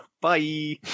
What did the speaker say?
Bye